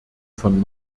von